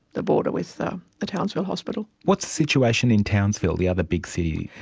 the border with the townsville hospital. what's the situation in townsville, the other big city